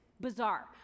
bizarre